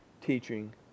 teaching